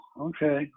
okay